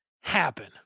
happen